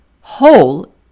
Whole